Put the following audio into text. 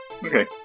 Okay